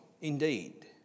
indeed